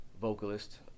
vocalist